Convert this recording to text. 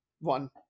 one